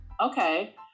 okay